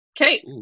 Okay